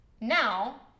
Now